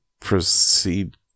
proceed